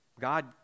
God